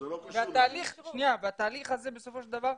התהליך הזה בסופו של דבר,